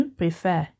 prefer